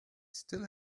still